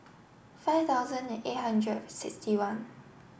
five thousand and eight hundred sixty one